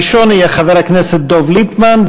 הראשון יהיה חבר הכנסת דב ליפמן,